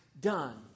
done